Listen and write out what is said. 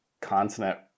continent